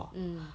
mm